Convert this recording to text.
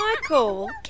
Michael